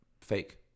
Fake